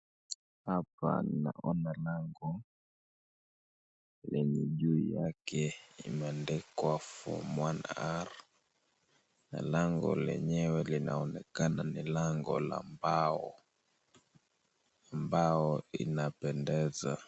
Hapa naona lango lenye juu yake imeandikwa form one R na lango lenyewe linaonekana ni lango la mbao ambao linapendeza.